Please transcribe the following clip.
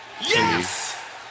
Yes